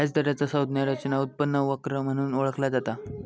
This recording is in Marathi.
व्याज दराचा संज्ञा रचना उत्पन्न वक्र म्हणून ओळखला जाता